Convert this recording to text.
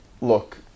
look